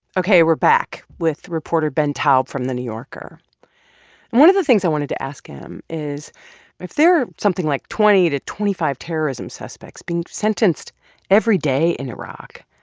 ok. we're back with reporter ben taub from the new yorker. and one of the things i wanted to ask him is if there are something like twenty to twenty five terrorism suspects being sentenced every day in iraq,